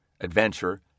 adventure